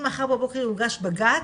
אם מחר בבוקר יוגש בג"צ,